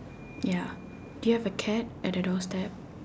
ya do you have a cat at the doorstep